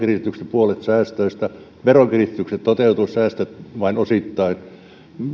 puolet säästöistä veronkiristykset toteutuivat säästöt vain osittain